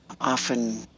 often